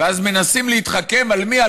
אז מנסים להתחכם, על מי?